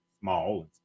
small